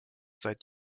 seit